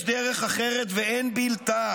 יש דרך אחרת ואין בלתה,